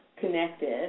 connected